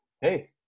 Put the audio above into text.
Hey